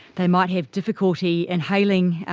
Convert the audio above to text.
they might have difficulty inhaling